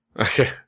Okay